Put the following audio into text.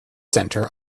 center